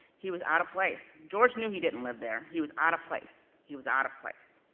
he was out of place. george knew he didn't live there, he was out of place. he was out of place.